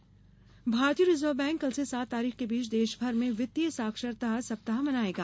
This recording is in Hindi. रिजर्व बैंक भारतीय रिजर्व बैंक कल से सात तारीख के बीच देश भर में वित्तीय साक्षरता सप्ताह मनाएगा